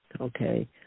Okay